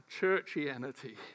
churchianity